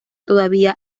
todavía